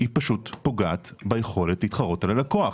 פשוט פוגעת ביכולת להתחרות על הלקוח.